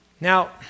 Now